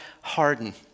harden